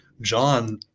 John